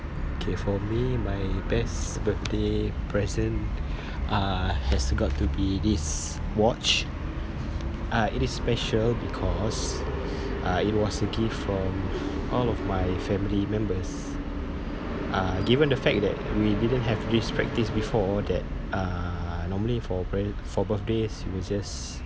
K for me my best birthday present uh has got to be this watch uh it is special because uh it was a gift from all of my family members uh given the fact that we didn't have this practice before that uh normally for pre~ for birthdays we just